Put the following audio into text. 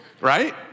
Right